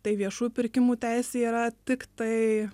tai viešųjų pirkimų teisė yra tiktai